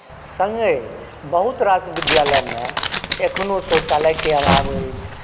सङ्गे बहुत रास विद्यालयमे अखनो शौचालयके अभाव अछि